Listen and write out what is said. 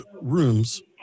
rooms